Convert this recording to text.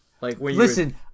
Listen